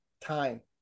time